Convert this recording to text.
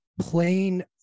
plain